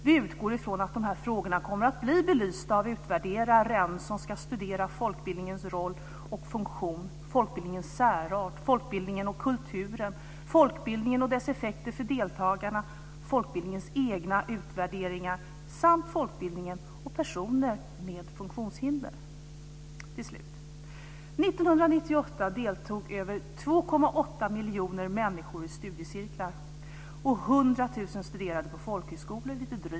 Vi utgår ifrån att de här frågorna kommer att bli belysta av utvärderaren som ska studera folkbildningens roll och funktion, folkbildningens särart, folkbildningen och kulturen, folkbildningen och dess effekter för deltagarna, folkbildningens egna utvärderingar samt folkbildningen och personer med funktionshinder. År 1998 deltog över 2,8 miljoner människor i studiecirklar, och lite drygt 100 000 studerade på folkhögskolor.